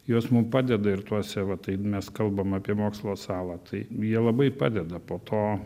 jos mum padeda ir tuose va tai mes kalbam apie mokslo salą tai jie labai padeda po to